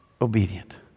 obedient